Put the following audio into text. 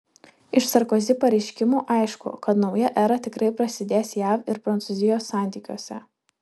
iš sarkozi pareiškimų aišku kad nauja era tikrai prasidės jav ir prancūzijos santykiuose